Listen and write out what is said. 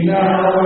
now